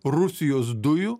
rusijos dujų